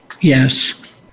Yes